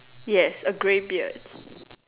yes a grey beard